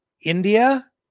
India